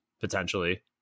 potentially